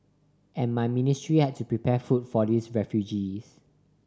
and my ministry had to prepare food for these refugees